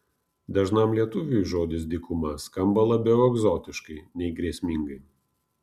dažnam lietuviui žodis dykuma skamba labiau egzotiškai nei grėsmingai